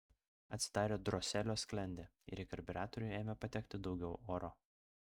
atsidarė droselio sklendė ir į karbiuratorių ėmė patekti daugiau oro